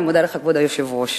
כבוד היושב-ראש,